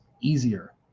easier